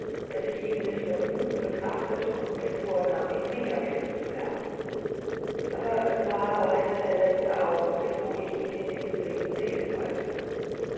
daß ich ihn mit vergnügen betrachtete und mir vornahm ihn näher kennenzulernen aber es war leider der letzte augenblick wo ich ihn in diesem leben sehen sollte